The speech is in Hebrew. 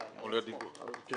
--- אז